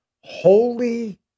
Holy